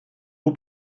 eau